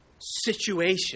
situation